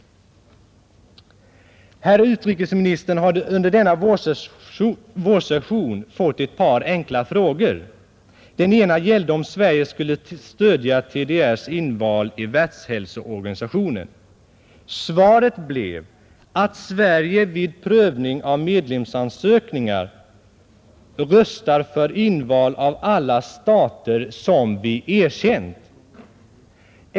diplomatiska Herr utrikesministern har under denna vårsession fått ett par enkla förbindelser med frågor. Den ena gällde om Sverige skulle stödja TDR:s inval i Världshälso Tyska demokratiska organisationen, Svaret blev att Sverige ”vid prövning av medlemsansökrepubliken m.m. ningar röstar för inval av alla stater, som vi erkänt”.